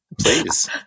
Please